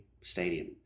stadium